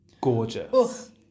gorgeous